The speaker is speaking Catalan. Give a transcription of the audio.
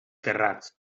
terrats